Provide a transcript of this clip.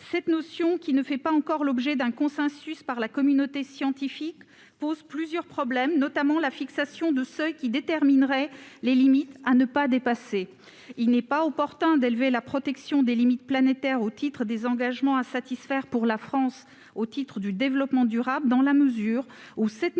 Cette notion, qui ne fait pas encore l'objet d'un consensus parmi la communauté scientifique, pose plusieurs problèmes, notamment la fixation de seuils qui détermineraient les limites à ne pas dépasser. Il n'est pas opportun d'élever la protection des limites planétaires au titre des engagements à satisfaire par la France au titre du développement durable, dans la mesure où cette notion